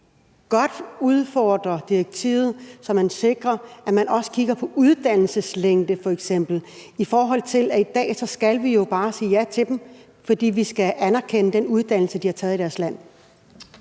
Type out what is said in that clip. godt udfordre direktivet, så man sikrer, at der også bliver kigget på f.eks. uddannelseslængde? I dag skal vi jo bare sige ja til dem, fordi vi skal anerkende den uddannelse, de har taget i deres land.